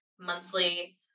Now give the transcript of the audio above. monthly